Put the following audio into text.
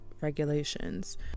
Regulations